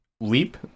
leap